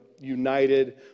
united